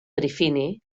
trifini